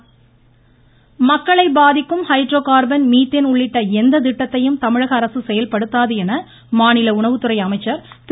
காமறுத் மக்களை பாதிக்கும் hydrocarbon methane உள்ளிட்ட எந்த திட்டத்தையும் தமிழகஅரசு செயல்படுத்தாது என மாநில உணவுத்துறை அமைசர் திரு